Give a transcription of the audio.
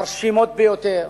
מרשימות ביותר,